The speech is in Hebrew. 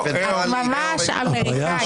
את ממש אמריקאית.